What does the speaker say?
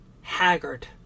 haggard